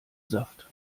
saft